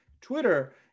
Twitter